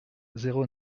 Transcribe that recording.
zéro